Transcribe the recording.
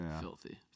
Filthy